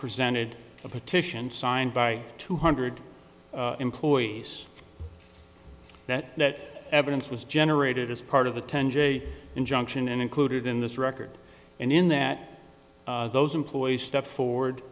presented a petition signed by two hundred employees that that evidence was generated as part of the ten j injunction and included in this record and in that those employees stepped forward